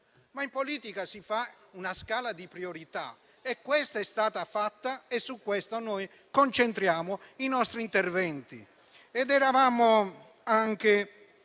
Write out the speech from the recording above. ma in politica si fa una scala di priorità: è stata fatta e su questo concentriamo i nostri interventi.